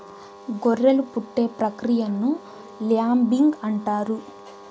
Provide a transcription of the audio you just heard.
గొర్రెలు పుట్టే ప్రక్రియను ల్యాంబింగ్ అంటారు